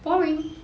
boring